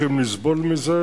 קוראים לו קובי מידן.